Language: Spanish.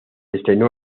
estrenó